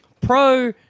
Pro